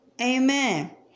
Amen